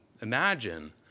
imagine